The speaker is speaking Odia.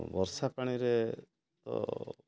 ବର୍ଷା ପାଣିରେ ତ